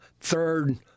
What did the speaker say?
third